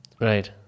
Right